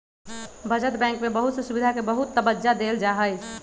बचत बैंक में बहुत से सुविधा के बहुत तबज्जा देयल जाहई